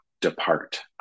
depart